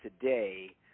today